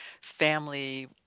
family